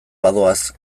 badoaz